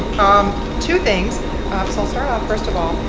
ah um two things so i'll start off first of all,